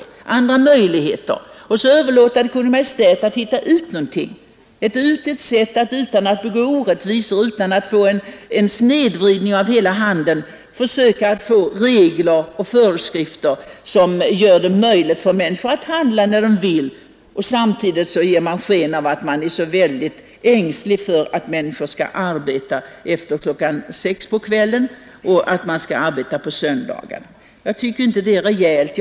Man överlåter då åt Kungl. Maj:t att hitta på ett sätt att utan orättvisor och utan att åstadkomma en snedvridning av hela handeln utfärda regler och föreskrifter som ger människorna möjlighet att handla när de vill. Och samtidigt ger man sig sken av att vara ängslig för att människor skall behöva arbeta efter kl. 18 och på söndagarna. Jag tycker inte det är rejält.